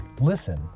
listen